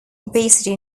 obesity